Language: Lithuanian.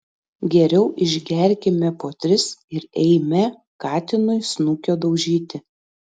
geriau išgerkime po tris ir eime katinui snukio daužyti